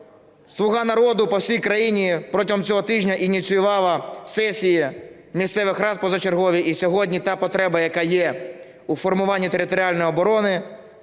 "Слуга народу" по всій країні протягом цього тижня ініціювала сесії місцевих рад позачергові. І сьогодні та потреба, яка є у формуванні територіальної оборони